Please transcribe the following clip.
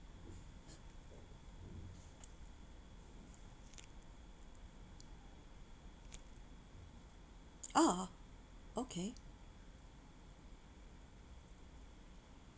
oh okay